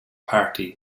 party